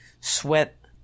sweat